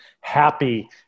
happy